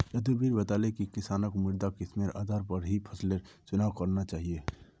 रघुवीर बताले कि किसानक मृदा किस्मेर आधार पर ही फसलेर चुनाव करना चाहिए